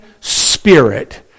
spirit